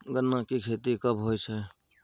गन्ना की खेती कब होय छै?